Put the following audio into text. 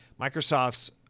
microsoft's